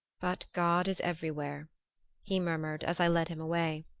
but god is everywhere he murmured as i led him away.